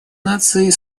наций